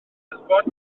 eisteddfod